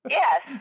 yes